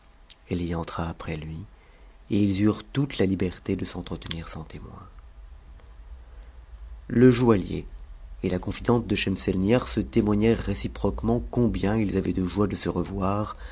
elle y entra après lui et ils eurent toute la liberté de s'entretenir sans le joaillier et la confidente de schemselnihar se témoignèrent récipro quement combien ils avaient de joie de se revoir